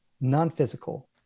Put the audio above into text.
non-physical